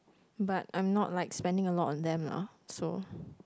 but I'm not like spending a lot on them lah so